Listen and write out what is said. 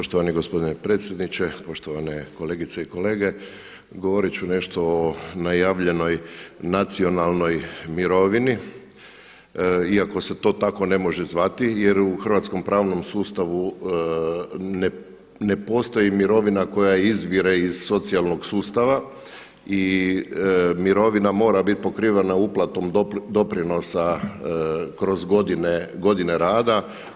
Poštovani gospodine predsjedniče, poštovane kolegice i kolege, govorit ću nešto o najavljenoj nacionalnoj mirovini iako se to tako ne može zvati jer u hrvatskom pravnom sustavu ne postoji mirovina koja izvire iz socijalnog sustava i mirovina mora bit pokrivena uplatom doprinosa kroz godine rada.